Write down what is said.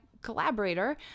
collaborator